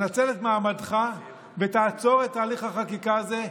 תנצל את מעמדך ותעצור את תהליך החקיקה הזה,